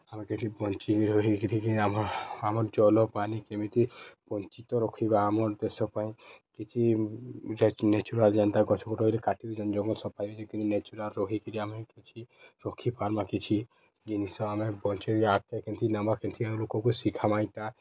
ଆମେ କେମିତି ବଞ୍ଚିକି ରହିକିରି ଆମ ଆମର ଜଲପାନି କେମିତି ବଞ୍ଚିତ ରଖିବା ଆମର୍ ଦେଶ ପାଇଁ କିଛି ନେଚୁରାଲ୍ ଯେନ୍ତା ଗଛ ଖୁଟ ହେଲେ କାଟି ଦଉଛନ୍ ଯେନ୍ ଜଙ୍ଗଲ ସଫାଇବେ ଯେ କେମିତି ନେଚୁରାଲ୍ ରହିକିରି ଆମେ କିଛି ରଖିପାର୍ମା କିଛି ଜିନିଷ ଆମେ ବଞ୍ଚେଇକି ଆଗ୍କେ କେମିତି ନେବା କେମିତି ଲୋକକୁ ଶିଖାମା ଇଟା